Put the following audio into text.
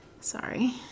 Sorry